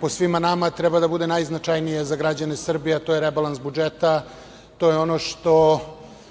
po svima nama treba da bude najznačajnije za građane Srbije, a to je rebalans budžeta, to je ono što